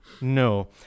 No